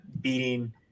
beating